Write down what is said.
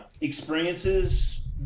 experiences